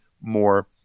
more